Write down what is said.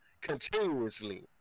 continuously